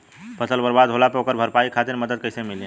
फसल बर्बाद होला पर ओकर भरपाई खातिर मदद कइसे मिली?